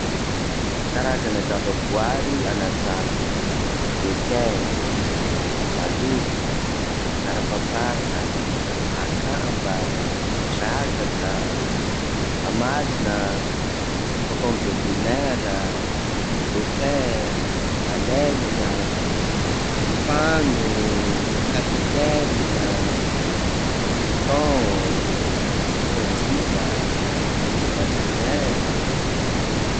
Karazana zava-boary anaty rano: requin, mahaloky, karapapaka, akamba, drakaka, amalona, concombre de mer, dauphin, baleine, fano, capitaine, thon, akorandriaka, cheval de mer.